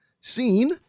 seen